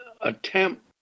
attempt